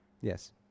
Yes